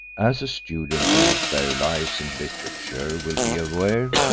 as students of their lives and literature will be aware,